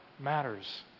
matters